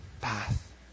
path